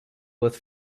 with